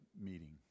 meeting